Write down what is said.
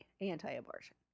anti-abortion